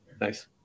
Nice